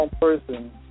person